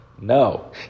No